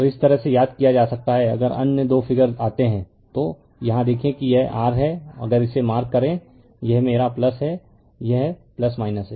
तो इस तरह से याद किया जा सकता है अगर अन्य 2 फिगर आते हैं तो यहां देखें कि यह r है अगर इसे मार्क करें यह मेरा है यह है